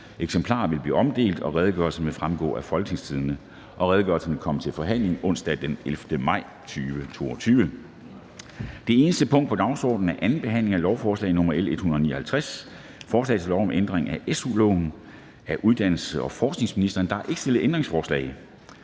Eksemplarer vil blive omdelt, og redegørelsen vil fremgå af www.folketingstidende.dk. Redegørelsen vil komme til forhandling onsdag den 11. maj 2022. --- Det eneste punkt på dagsordenen er: 1) 2. behandling af lovforslag nr. L 159: Forslag til lov om ændring af SU-loven. (Midlertidig suspension af SU-godkendelse af hele